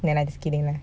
no lah just kidding lah